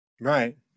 Right